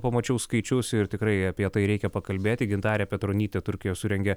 pamačiau skaičius ir tikrai apie tai reikia pakalbėti gintarė petronytė turkijoj surengė